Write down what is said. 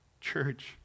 Church